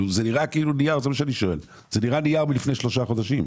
זה נראה נייר מלפני שלושה חודשים.